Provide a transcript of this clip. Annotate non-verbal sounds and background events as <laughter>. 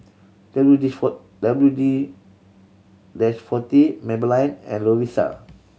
W D four W D <unintelligible> forty Maybelline and Lovisa